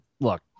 look